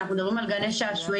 אנחנו מדברים על גני שעשושים,